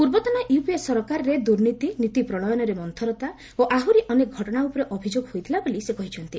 ପୂର୍ବତନ ୟୁପିଏ ସରକାରରେ ଦୁର୍ନୀତି ନୀତି ପ୍ରଣୟନରେ ମନ୍ତୁରତା ଓ ଆହୁରି ଅନେକ ଘଟଣା ଉପରେ ଅଭିଯୋଗ ହୋଇଥିଲା ବୋଲି ସେ କହିଛନ୍ତି